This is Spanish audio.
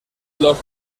los